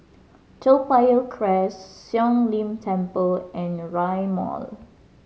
Toa Payoh Crest Siong Lim Temple and Rail Mall